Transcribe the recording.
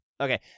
Okay